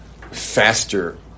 faster